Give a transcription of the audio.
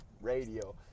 radio